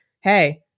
Hey